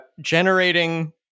generating